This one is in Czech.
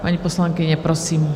Paní poslankyně, prosím.